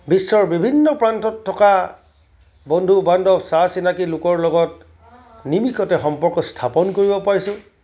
বিশ্বৰ বিভিন্ন প্ৰান্তত থকা বন্ধু বান্ধৱ চা চিনাকী লোকৰ লগত নিমিষতে সম্পৰ্ক স্থাপন কৰিব পাৰিছোঁ